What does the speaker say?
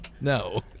No